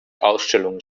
ausstellungen